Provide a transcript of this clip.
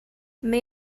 may